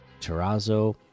terrazzo